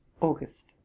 August